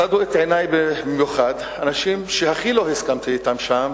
צדו את עיני במיוחד אנשים שהכי לא הסכמתי אתם שם,